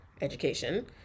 education